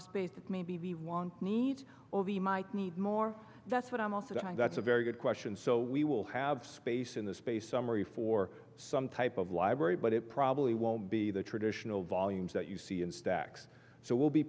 of space maybe we want need all the might need more that's what i'm also going that's a very good question so we will have space in the space summary for some type of library but it probably won't be the traditional volumes that you see in stacks so we'll be